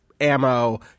ammo